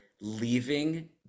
leaving